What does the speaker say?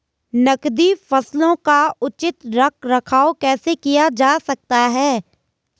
नकदी फसलों का उचित रख रखाव कैसे किया जा सकता है?